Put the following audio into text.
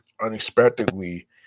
unexpectedly